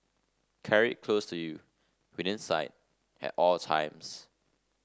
carry close to you within sight at all times